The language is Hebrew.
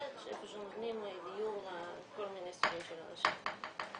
איפה שנותנים דיור לכל מיני סוגים של אנשים.